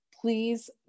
please